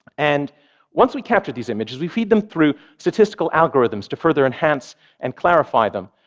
and once we capture these images, we feed them through statistical algorithms to further enhance and clarify them,